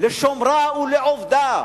"לעבדה ולשמרה".